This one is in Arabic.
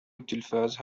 التلفاز